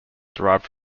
derived